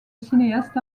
cinéastes